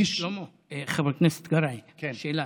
שלמה, חבר הכנסת קרעי, שאלה,